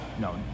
no